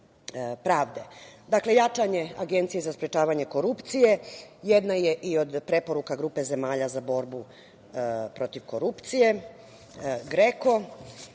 Dakle, jačanje Agencije za sprečavanje korupcije jedna je i od preporuka grupe zemalja za borbu protiv korupcije